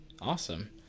Awesome